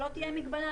שלא תהיה מגבלה.